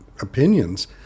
opinions